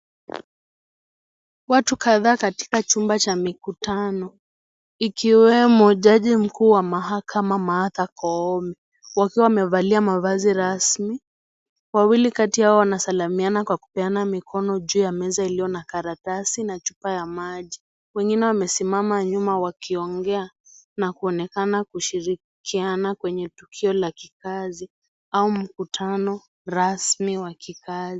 Watu kadhaa katika chumba cha mikutano ikiwemo jaji mkuu wa mahakama, Martha Koome, wakiwa wamevalia mavazi rasmi, wawili Kati yao wanasalimiana kwa kupeana mikono juu ya meza iliyo na karatasi na chupa ya maji. Wengine wamesimama nyuma wakiongea na kuonekana kushirikiana kwenye tukio la kikazi au mkutano rasmi wa kikazi.